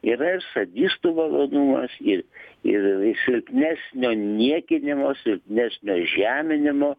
yra ir sadistų malonumas ir ir silpnesnio niekinimo silpnesnio žeminimo